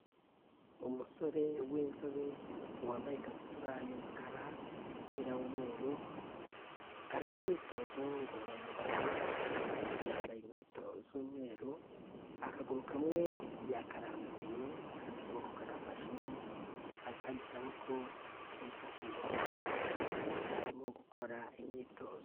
Umusore w'inzobe, wambaye ikabutura y'umukara, umupira w'umweru, ari mu myitozo ngororamubiri, yambaye inkweto z'umweru, akaguru kamwe yakarambuye, akandi kaboko kagafasheho, akandi kaboko kifashe mu nda, arimo gukora imyitozo.